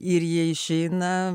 ir jie išeina